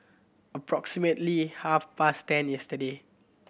approximately half past ten yesterday